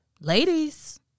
ladies